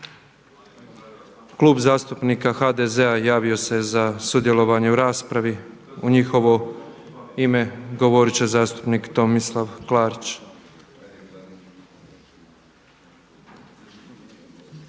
Klub zastupnika HDZ-a javio se za sudjelovanje u raspravi u njihovo ime govorit će zastupnik Tomislav Klarić.